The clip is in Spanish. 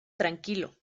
tranquilo